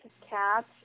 Cats